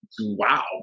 Wow